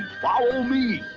follow me!